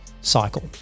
cycle